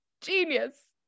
Genius